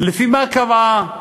לפי מה קבעה